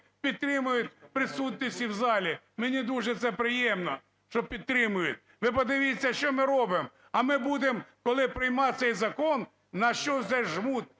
підтримують присутності в залі. Мені дуже це приємно, що підтримують. Ви подивіться, що ми робимо. А ми будемо, коли приймати цей закон, на що жмуть